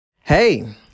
Hey